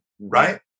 right